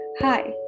Hi